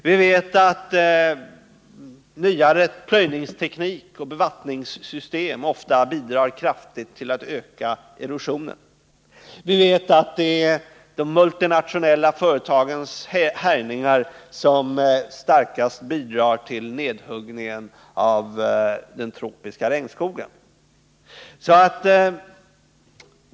Vi vet att nyare plöjningsteknik och bevattningssystem ofta kraftigt bidrar till att öka erosionen. Vi vet att det är de multinationella företagens härjningar som starkast bidrar till nedhuggningen av den tropiska regnskogen.